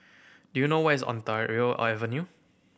do you know where is Ontario Avenue